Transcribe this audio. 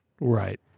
Right